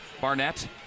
Barnett